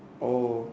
oh